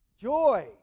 joy